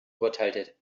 urteilte